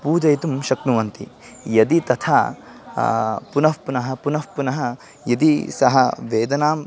पूजयितुं शक्नुवन्ति यदि तथा पुनःपुनः पुनःपुनः यदि सः वेदनां